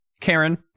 Karen